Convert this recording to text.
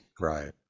Right